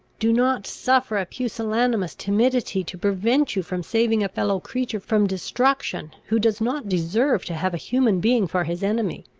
do not suffer a pusillanimous timidity to prevent you from saving a fellow-creature from destruction, who does not deserve to have a human being for his enemy.